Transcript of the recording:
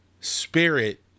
spirit